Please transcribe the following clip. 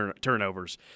turnovers